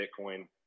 Bitcoin